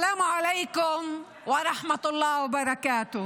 (אומרת דברים בשפה הערבית,